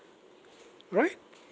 right